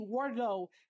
Wardlow